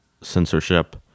censorship